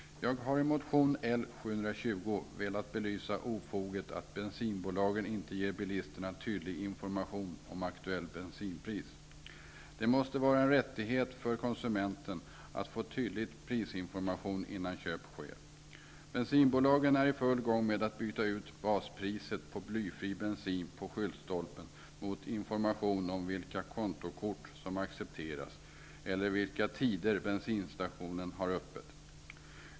Herr talman! Jag har i motion L720 velat belysa ofoget att bensinbolagen inte ger bilisterna tydlig information om aktuellt bensinpris. Det måste vara en rättighet för konsumenten att få tydlig prisinformation innan köp sker. Bensinbolagen är i full gång med att byta ut baspriset på blyfri bensin på skyltstolpen mot information om vilka kontokort som accepteras eller vilka tider bensinstationen har öppet.